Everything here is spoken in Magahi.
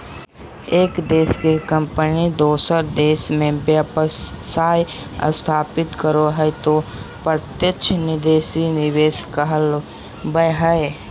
एक देश के कम्पनी दोसर देश मे व्यवसाय स्थापित करो हय तौ प्रत्यक्ष विदेशी निवेश कहलावय हय